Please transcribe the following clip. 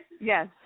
Yes